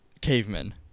cavemen